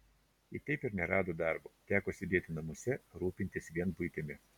ji taip ir nerado darbo teko sėdėti namuose rūpintis vien buitimi